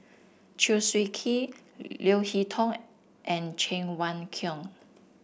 Chew Swee Kee Leo Hee Tong and Cheng Wai Keung